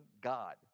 God